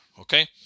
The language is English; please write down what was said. Okay